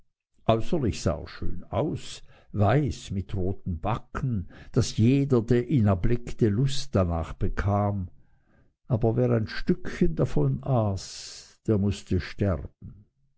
sah er schön aus weiß mit roten backen daß jeder der ihn erblickte lust danach bekam aber wer ein stückchen davon aß der mußte sterben